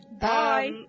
Bye